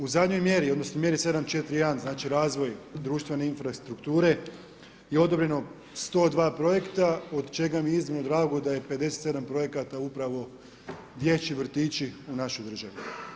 U zadnjoj mjeri, odnosno mjeri 7.4.1. znači razvoj društvene infrastrukture je odobreno 102 projekta od čega mi je iznimno drago da je 57 projekata upravo dječji vrtići u našoj državi.